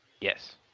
yes